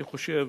אני חושב